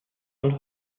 und